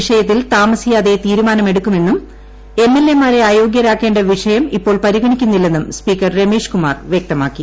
വിഷയത്തിൽ താമസിയാതെ തീരുമാനമെടുക്കുമെന്നും എം എൽ എ മാരെ അയോഗ്യരാക്കേണ്ട വിഷയം ഇപ്പോൾ പരിഗണിക്കുന്നില്ലെന്നും സ്പീക്കർ രമേഷ് കുമാർ വ്യക്തമാക്കി